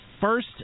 First